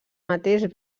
mateix